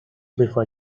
before